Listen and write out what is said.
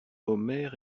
omer